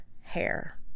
hair